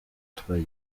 gutwara